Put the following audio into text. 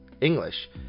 English